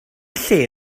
lle